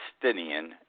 Palestinian